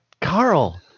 Carl